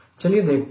चलिए देखते हैं